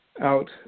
out